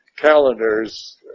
calendars